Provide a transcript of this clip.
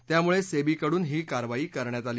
त्यामुळे सेबीकडून ही कारवाई करण्यात आली